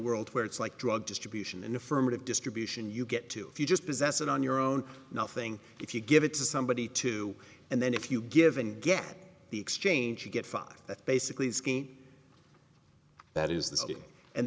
world where it's like drug distribution an affirmative distribution you get to if you just possess it on your own nothing if you give it to somebody too and then if you give and get the exchange you get five that's basically skate that is